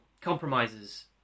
compromises